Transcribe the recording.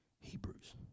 Hebrews